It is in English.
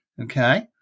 okay